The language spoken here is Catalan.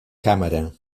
càmera